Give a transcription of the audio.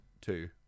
two